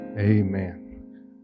Amen